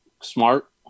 smart